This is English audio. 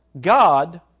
God